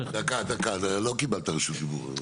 דקה, דקה, לא קיבלת רשות דיבור.